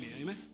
Amen